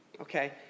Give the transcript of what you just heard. Okay